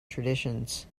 traditions